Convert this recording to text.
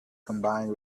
combined